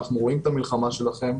אנחנו רואים את המלחמה שלכם,